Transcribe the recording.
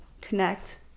connect